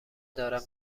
دارم